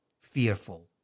fearful